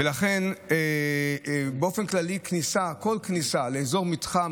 ולכן באופן כללי כל כניסה לאזור מתחם